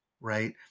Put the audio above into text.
right